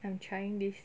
I'm trying this